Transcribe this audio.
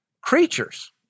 creatures